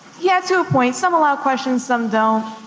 yeah, to a point. some allow questions, some don't,